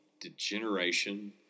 degeneration